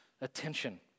attention